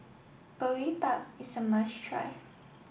Boribap is a must try